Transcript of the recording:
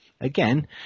Again